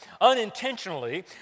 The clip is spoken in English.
unintentionally